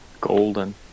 Golden